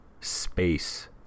space